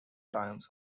times